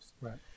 Right